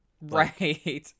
Right